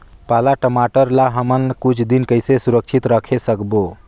पाला टमाटर ला हमन कुछ दिन कइसे सुरक्षित रखे सकबो?